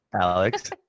Alex